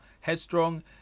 headstrong